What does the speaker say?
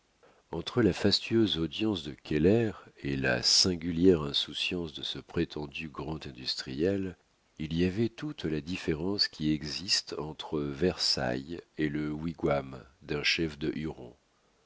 entre la fastueuse audience de keller et la singulière insouciance de ce prétendu grand industriel il y avait toute la différence qui existe entre versailles et le wigham d'un chef de